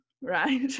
right